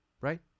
Right